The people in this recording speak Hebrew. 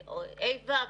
ה'-ו',